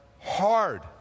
hard